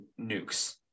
nukes